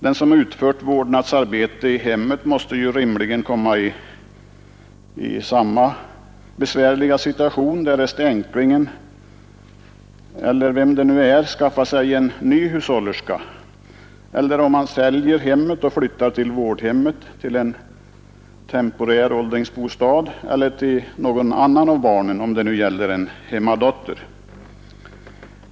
Den som har utfört vårdnadsarbete i hemmet måste ju rimligen komma i samma besvärliga situation, därest änklingen eller vem det nu är skaffar sig en ny hushållerska eller säljer hemmet och flyttar till ett vårdhem, till en temporär åldringsbostad eller till något annat av barnen, om det nu gäller en hemmadotter.